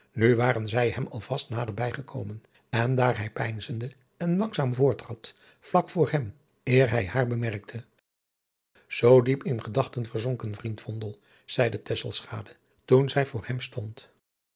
nu waren zij hem al vast nader bij gekomen en daar hij peinzende en langzaam voortrad vlak voor hem eer hij haar bemerkte zoo diep in gedachten verzonken vriend vondel zeide tesselschade toen zij voor hem stond